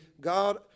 God